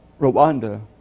Rwanda